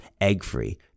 egg-free